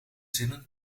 zinnen